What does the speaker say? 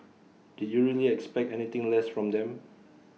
did you really expect anything less from them